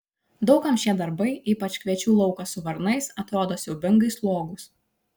daug kam šie darbai ypač kviečių laukas su varnais atrodo siaubingai slogūs